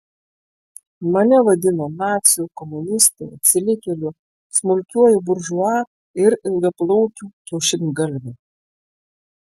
mane vadino naciu komunistu atsilikėliu smulkiuoju buržua ir ilgaplaukiu kiaušingalviu